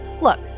Look